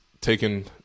taken